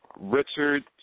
Richard